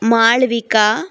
Malavika